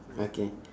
okay